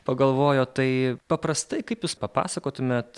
pagalvojo tai paprastai kaip jūs papasakotumėt